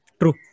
True